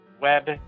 web